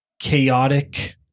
chaotic